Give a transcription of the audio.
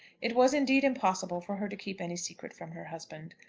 it was indeed impossible for her to keep any secret from her husband.